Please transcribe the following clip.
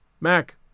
Mac